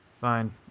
Fine